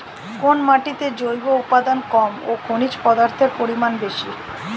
কোন মাটিতে জৈব উপাদান কম ও খনিজ পদার্থের পরিমাণ বেশি?